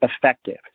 effective